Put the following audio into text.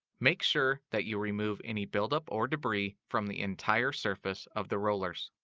make sure that you remove any buildup or debris from the entire surface of the rollers.